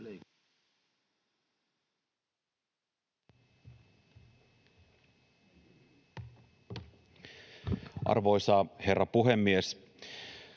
Arvoisa herra puhemies!